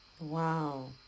wow